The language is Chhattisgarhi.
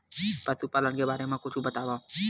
पशुपालन के बारे मा कुछु बतावव?